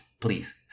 please